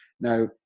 Now